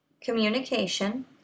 Communication